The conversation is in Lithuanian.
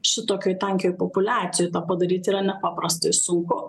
šitokioj tankioj populiacijoj tą padaryt yra nepaprastai sunku